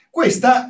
questa